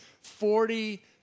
Forty